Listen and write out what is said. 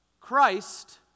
Christ